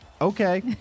okay